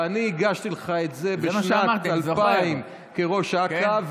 ואני הגשתי לך את זה בשנת 2000 כראש אכ"א,